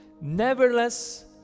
Nevertheless